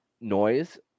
noise